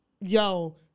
yo